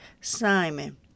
Simon